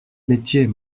métier